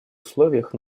условиях